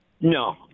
No